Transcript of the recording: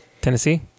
tennessee